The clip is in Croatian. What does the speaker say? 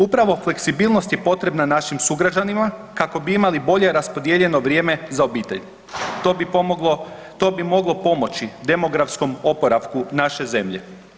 Upravo fleksibilnost je potrebna našim sugrađanima kako bi imali bolje raspodijeljeno vrijeme za obitelj, to bi moglo pomoći demografskom oporavku naše zemlje.